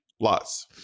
lots